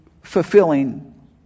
fulfilling